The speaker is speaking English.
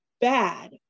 bad